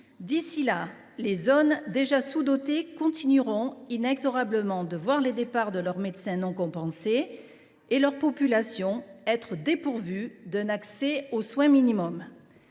D’ici là, les zones déjà sous dotées continueront inexorablement de voir les départs de leurs médecins non compensés et leur population privée d’un accès aux soins minimum.